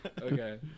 okay